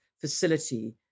facility